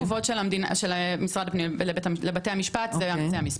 לפי תגובות של משרד הפנים לבתי המשפט זה המספר.